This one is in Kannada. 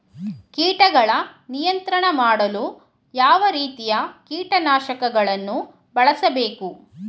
ಕೀಟಗಳ ನಿಯಂತ್ರಣ ಮಾಡಲು ಯಾವ ರೀತಿಯ ಕೀಟನಾಶಕಗಳನ್ನು ಬಳಸಬೇಕು?